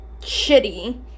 shitty